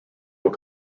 will